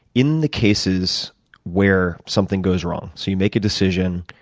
in the cases where something goes wrong so you make a decision,